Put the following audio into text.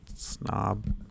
Snob